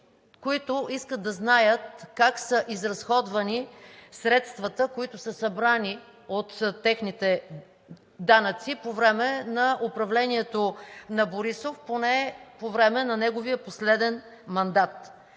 които искат да знаят как са изразходвани средствата, които са събрани от техните данъци по време на управлението на Борисов, поне по време на неговия последен мандат.